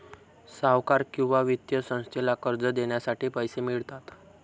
सावकार किंवा वित्तीय संस्थेला कर्ज देण्यासाठी पैसे मिळतात